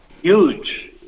huge